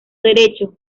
derecho